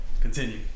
Continue